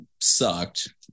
sucked